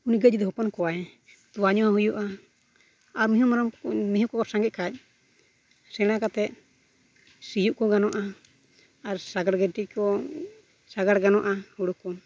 ᱩᱱᱤ ᱜᱟᱹᱭ ᱡᱩᱫᱤ ᱦᱚᱯᱚᱱ ᱠᱚᱣᱟᱭ ᱛᱚᱣᱟ ᱧᱩ ᱦᱚᱸ ᱦᱩᱭᱩᱜᱼᱟ ᱟᱨ ᱢᱤᱭᱦᱩ ᱢᱮᱨᱚᱢ ᱠᱚ ᱢᱤᱭᱦᱩ ᱠᱚ ᱥᱟᱸᱜᱮᱜ ᱠᱷᱟᱱ ᱥᱮᱬᱟ ᱠᱟᱛᱮᱫ ᱥᱤᱭᱳᱜ ᱠᱚ ᱜᱟᱱᱚᱜᱼᱟ ᱟᱨ ᱥᱟᱜᱟᱲ ᱜᱟᱹᱰᱤ ᱠᱚ ᱥᱟᱜᱟᱲ ᱜᱟᱱᱚᱜᱼᱟ ᱦᱩᱲᱩ ᱠᱚ